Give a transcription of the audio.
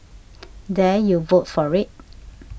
dare you vote for it